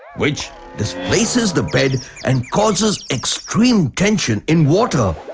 which displaces the bed and causes extreme tension in water.